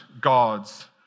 God's